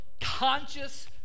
conscious